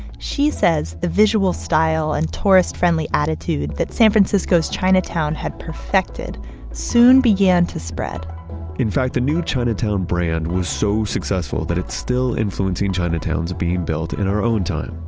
she says the visual style and tourist-friendly attitude that san francisco's chinatown had perfected soon began to spread in fact, the new chinatown brand was so successful that it's still influencing chinatown's being built in our own time.